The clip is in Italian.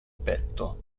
petto